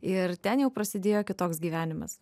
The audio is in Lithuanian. ir ten jau prasidėjo kitoks gyvenimas